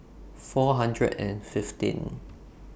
four hundred and fifteen